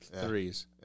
threes